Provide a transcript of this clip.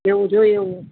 જેવુ જોઈએ એવું